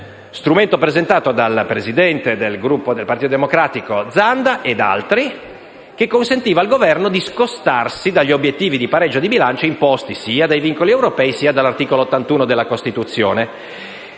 provvedimento presentato dal presidente del Gruppo del Partito Democratico Zanda e da altri, che consentiva al Governo di discostarsi dagli obiettivi di pareggio di bilancio imposti sia dai vincoli europei che dall'articolo 81 della Costituzione.